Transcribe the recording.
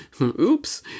Oops